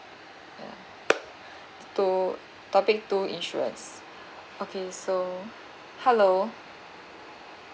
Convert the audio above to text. yeah two topic two insurance okay so hello